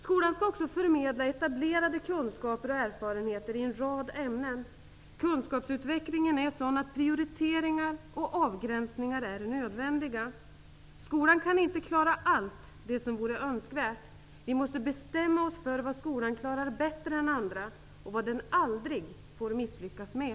Skolan skall också förmedla etablerade kunskaper och erfarenheter i en rad ämnen. Kunskapsutvecklingen är sådan att prioriteringar och avgränsningar är nödvändiga. Skolan kan inte klara allt det som vore önskvärt. Vi måste bestämma oss för vad skolan klarar bättre än andra och vad den aldrig får misslyckas med.